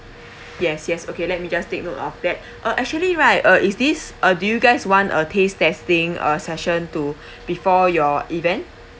yes yes okay let me just take note of that uh actually right uh is this uh do you guys want a taste testing uh session to before your event